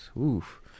Oof